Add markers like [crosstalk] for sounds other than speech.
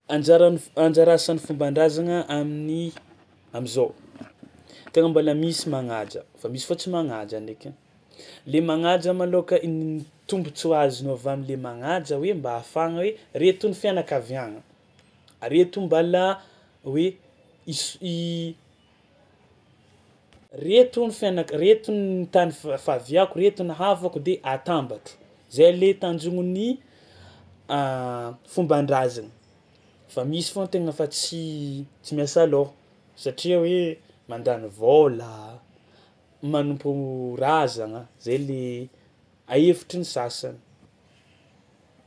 Anjaran'ny f- anjara asan'ny fomban-drazagna amin'ny am'zao: tegna mbôla misy magnaja fa misy fao tsy magnaja ndraiky; le magnaja malôhaka in- tombontsoa azonao avy am'le magnaja hoe mba ahafahagna hoe reto ny fianakaviagna, reto mbôla hoe is- [hesitation] reto ny fianak- reto ny tany fa- faviàko reto ny havako de atambatro, zay le tanjognon'ny [hesitation] fomban-drazagna fa misy fao an-tegna fa tsy tsy miasa lôha satria hoe mandany vôla, manompo razagna zay le a hevitry ny sasany.